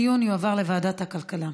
הדיון יועבר לוועדת הכלכלה.